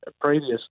previous